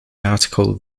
article